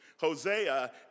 Hosea